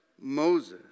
Moses